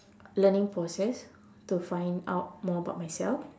learning process to find out more about myself